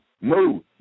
move